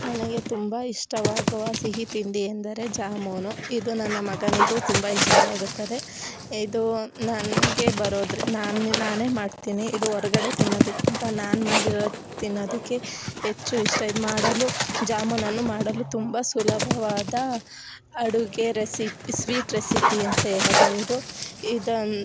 ನನಗೆ ತುಂಬ ಇಷ್ಟವಾಗುವ ಸಿಹಿ ತಿಂಡಿ ಎಂದರೆ ಜಾಮೂನು ಇದು ನನ್ನ ಮಗನಿಗು ತುಂಬ ಇಷ್ಟವಾಗುತ್ತದೆ ಇದು ನನಗೆ ಬರೋದ್ರಿ ನಾನೆ ನಾನೇ ಮಾಡ್ತೀನಿ ಇದು ಹೊರ್ಗಡೆ ತಿನ್ನೋದಕ್ಕಿಂತ ನಾನು ಮಾಡಿರೋದು ತಿನ್ನೋದಕ್ಕೆ ಹೆಚ್ಚು ಇಷ್ಟ ಇದು ಮಾಡಲು ಜಾಮೂನನ್ನು ಮಾಡಲು ತುಂಬ ಸುಲಭವಾದ ಅಡುಗೆ ರೆಸಿಪ್ ಸ್ವೀಟ್ ರೆಸಿಪಿ ಅಂತ ಹೇಳಬಹುದು ಇದನ್ನು